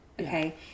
okay